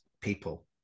people